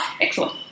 Excellent